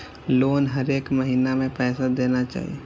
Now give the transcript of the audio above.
Loan हरेक महीना में पैसा देना चाहि?